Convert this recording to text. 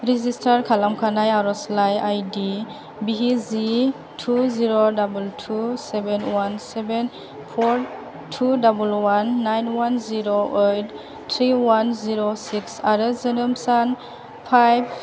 register खालामखानाय आरज'लाइ I D V G two zero double two seven one seven four two double one nine one zero eight three one zero six आरो जोनोम सान five